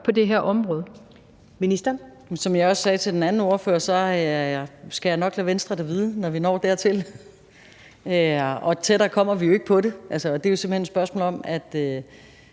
(Pernille Rosenkrantz-Theil): Som jeg også sagde til den anden ordfører, skal jeg nok lade Venstre det vide, når vi når dertil. Og tættere kommer vi jo ikke på det. Og det er jo simpelt hen et spørgsmål om, at